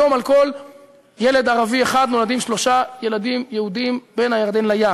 כיום על כל ילד ערבי אחד נולדים שלושה ילדים יהודים בין הירדן לים,